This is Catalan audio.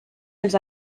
els